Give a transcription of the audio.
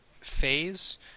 phase